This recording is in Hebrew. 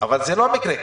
אבל זה לא המקרה כאן,